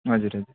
हजुर हजुर